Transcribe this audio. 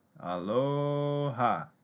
Aloha